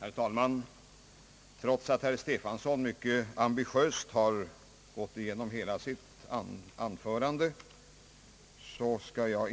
Herr talman! Trots att herr Stefanson mycket ambitiöst har gått igenom hela sitt anförande, skall jag